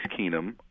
keenum